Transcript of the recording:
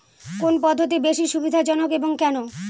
কোন পদ্ধতি বেশি সুবিধাজনক এবং কেন?